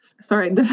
Sorry